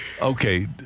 Okay